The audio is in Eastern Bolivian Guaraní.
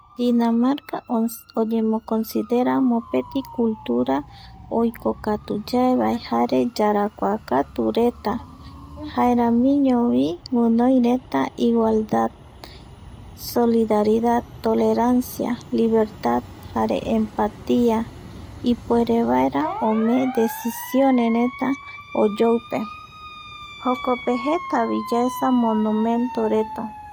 Dinamarca oyemoconsidera mopeti cultura oikokatuyaevae yarakuakatureta jaeramiñovi guinoireta igualdad, solidaridad, tolerancia, libertad jare empatia, ipuerevaera omee deciciones oyoupe jokope jetavi yaesa monumentovaereta